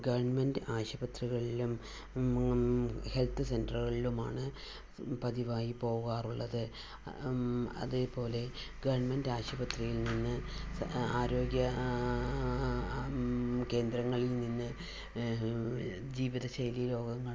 government ആശുപത്രികളിലും health സെന്ററുകളിലുമാണ് പതിവായി പോകാറുള്ളത് അതേപോലെ ഗവണ്മെന്റ് ആശുപത്രിയിൽ നിന്ന് ആരോഗ്യ കേന്ദ്രങ്ങളിൽ നിന്ന് ജീവിതശൈലി രോഗങ്ങളായ